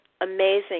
amazing